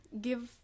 give